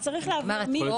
אז צריך להבהיר מי.